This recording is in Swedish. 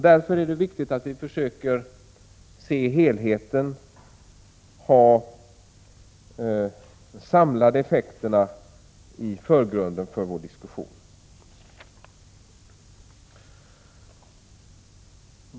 Därför är det viktigt att vi försöker se helheten, att vi försöker ha de samlade effekterna i förgrunden för vår diskussion.